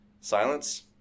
Silence